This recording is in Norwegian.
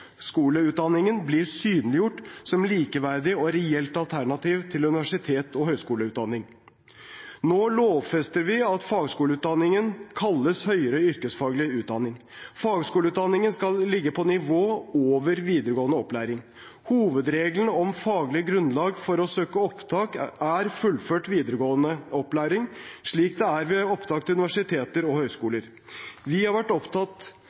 blir synliggjort som et likeverdig og reelt alternativ til universitets- og høyskoleutdanning. Nå lovfester vi at fagskoleutdanningen kalles høyere yrkesfaglig utdanning. Fagskoleutdanning skal ligge på nivå over videregående opplæring. Hovedregelen om faglig grunnlag for å søke opptak er fullført videregående opplæring, slik det er ved opptak til universiteter og høyskoler. Vi har vært opptatt